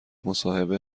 مصاحبه